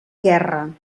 guerra